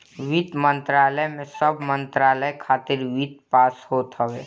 वित्त मंत्रालय में सब मंत्रालय खातिर वित्त पास होत हवे